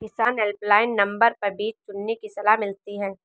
किसान helpline number पर बीज चुनने की सलाह मिलती है